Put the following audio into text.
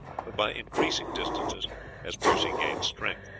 but by increasing distances as percy gained strength.